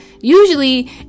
usually